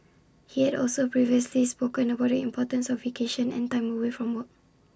he had also previously spoken about the importance of vacation and time away from work